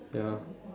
ya